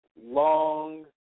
long